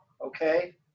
Okay